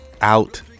Out